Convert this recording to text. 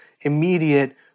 immediate